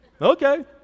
Okay